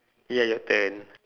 ya your turn